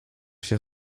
się